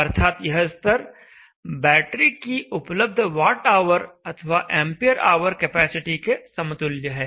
अर्थात् यह स्तर बैटरी की उपलब्ध वॉटऑवर अथवा एंपियर ऑवर कैपेसिटी के समतुल्य है